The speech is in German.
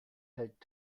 hält